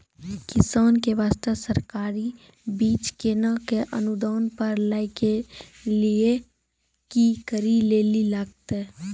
किसान के बास्ते सरकारी बीज केना कऽ अनुदान पर लै के लिए की करै लेली लागतै?